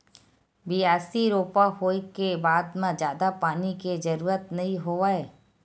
बियासी, रोपा होए के बाद म जादा पानी के जरूरत नइ होवय